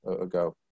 ago